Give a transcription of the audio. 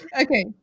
Okay